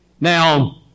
Now